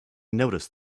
noticed